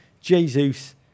Jesus